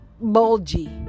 bulgy